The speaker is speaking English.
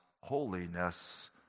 holiness